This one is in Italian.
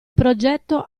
progetto